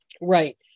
right